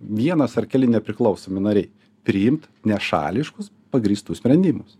vienas ar keli nepriklausomi nariai priimt nešališkus pagrįstus sprendimus